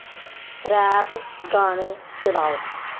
rap गाने चलाओ